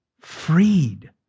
Freed